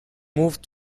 moved